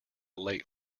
late